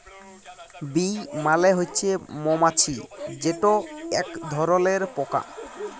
bee মালে হছে মমাছি যেট ইক ধরলের পকা